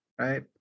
right